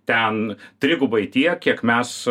ten trigubai tiek kiek mes